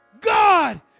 God